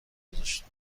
گذاشتم